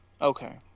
Okay